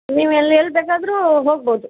ನೀವು ಎಲ್ಲಿ ಎಲ್ಲಿ ಬೇಕಾದರೂ ಹೋಗ್ಬೋದು